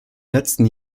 letzten